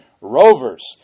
rovers